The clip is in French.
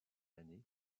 l’année